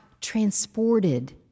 transported